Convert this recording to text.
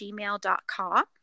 gmail.com